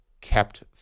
kept